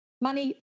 money